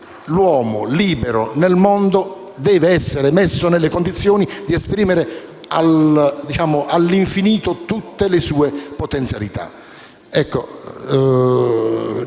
l'uomo libero nel mondo deve essere messo nelle condizioni di esprimere all'infinito tutte le sue potenzialità.